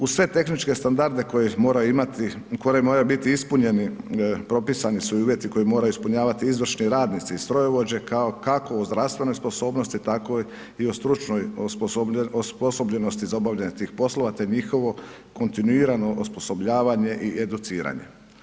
Uz sve tehničke standarde koji moraju biti ispunjeni, propisani su i uvjeti koje moraju ispunjavati izvršni radnici i strojovođe kao kako u zdravstvenoj sposobnosti tako i u stručnoj osposobljenosti za obavljanje tih poslova te njihovo kontinuirano osposobljavanje i educiranje.